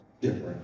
different